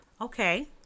Okay